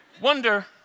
Wonder